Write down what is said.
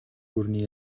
гүрний